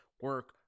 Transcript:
Work